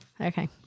Okay